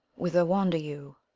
whither wander you?